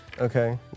Okay